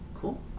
Cool